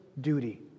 duty